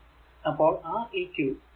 അപ്പോൾ R eq അത്